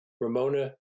Ramona